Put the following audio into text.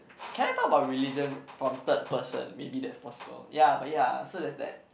can I talk about religion from third person maybe that's possible ya but ya so that's that